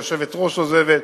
היושבת-ראש עוזבת,